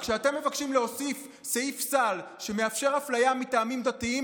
כשאתם מבקשים להוסיף סעיף סל שמאפשר אפליה מטעמים דתיים,